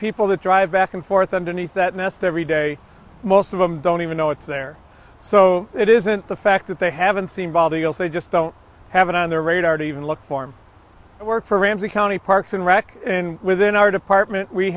people that drive back and forth underneath that nest every day most of them don't even know it's there so it isn't the fact that they haven't seen bald eagles they just don't have it on their radar to even look for him and work for ramsey county parks and rec and within our department we